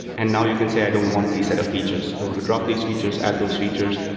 and now you can say, i don't want these set of features. i want to drop these features, add those features.